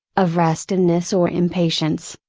of restiveness or impatience,